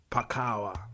Pakawa